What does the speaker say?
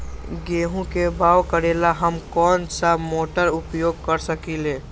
गेंहू के बाओ करेला हम कौन सा मोटर उपयोग कर सकींले?